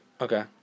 okay